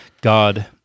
God